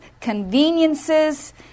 conveniences